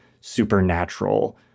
supernatural